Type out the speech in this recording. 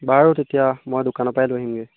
বাৰু তেতিয়া মই দোকানৰপৰাই লৈ আহিমগৈ